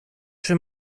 czy